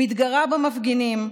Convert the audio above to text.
הוא התגרה במפגינים,